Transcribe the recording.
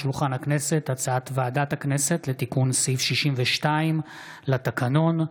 הצעת ועדת הכנסת לתיקון סעיף 62 לתקנון הכנסת,